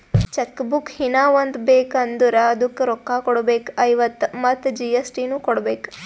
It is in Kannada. ಚೆಕ್ ಬುಕ್ ಹೀನಾ ಒಂದ್ ಬೇಕ್ ಅಂದುರ್ ಅದುಕ್ಕ ರೋಕ್ಕ ಕೊಡ್ಬೇಕ್ ಐವತ್ತ ಮತ್ ಜಿ.ಎಸ್.ಟಿ ನು ಕೊಡ್ಬೇಕ್